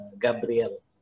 Gabriel